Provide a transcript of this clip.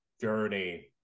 journey